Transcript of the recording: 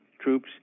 troops